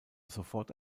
sofort